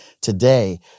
today